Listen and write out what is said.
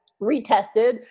retested